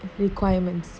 requirements